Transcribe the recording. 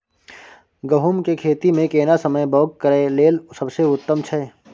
गहूम के खेती मे केना समय बौग करय लेल सबसे उत्तम छै?